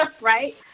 right